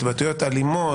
התבטאויות אלימות,